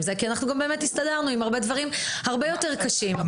זה כי אנחנו באמת הסתדרנו עם הרבה דברים שהם הרבה יותר קשים.